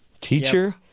teacher